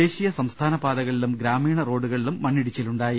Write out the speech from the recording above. ദേശീയ സംസ്ഥാന പാതക ളിലും ഗ്രാമീണ റോഡുകളിലും മണ്ണിടിച്ചിലുണ്ടായി